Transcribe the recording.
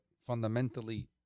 fundamentally